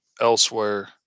elsewhere